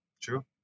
True